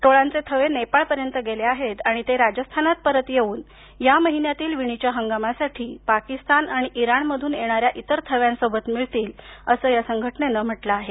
टोळांचे थवे नेपाळपर्यंत गेले आहेत आणि ते राजस्थानात परत येऊन या महिन्यातील विणीच्या हंगामासाठी पाकिस्तान आणि इराणमधून येणाऱ्या इतर थव्यांसोबत मिळतील असं संघटनेनं म्हटलं आहे